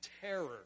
terror